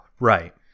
right